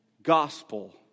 gospel